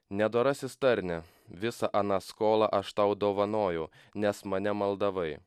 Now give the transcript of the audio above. nedorasis tarne visą aną skolą aš tau dovanojau nes mane maldavai